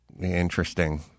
interesting